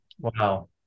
Wow